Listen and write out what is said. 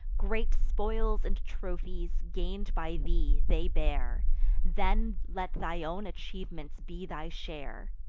great spoils and trophies, gain'd by thee, they bear then let thy own achievements be thy share.